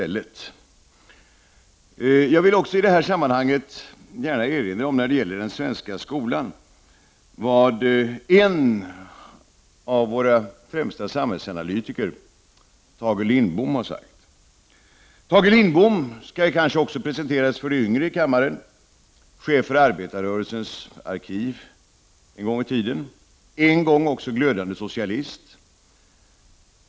Låt mig i detta sammanhang gärna erinra om vad en av våra främsta samhällsanalytiker, Tage Lindbom, har sagt om den svenska skolan. Han bör kanske först presenteras för de yngre i kammaren. Han var en gång i tiden chef för arbetarrörelsens arkiv och en glödande socialist.